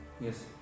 Yes